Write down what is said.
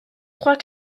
trois